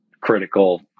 critical